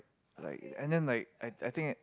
like and then like I I think